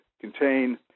contain